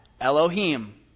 Elohim